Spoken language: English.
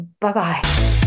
Bye-bye